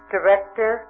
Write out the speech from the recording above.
Director